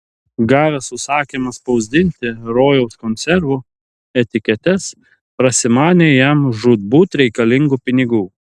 gavęs užsakymą spausdinti rojaus konservų etiketes prasimanė jam žūtbūt reikalingų pinigų